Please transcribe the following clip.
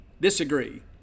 disagree